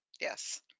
Yes